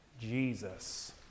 Jesus